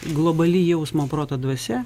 globali jausmo proto dvasia